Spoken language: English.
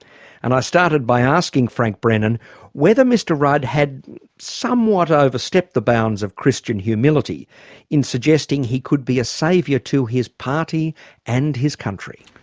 and i started by asking frank brennan whether mr rudd had somewhat overstepped the bounds of christian humility in suggesting he could be a saviour to his party and his country.